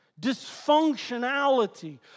Dysfunctionality